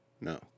No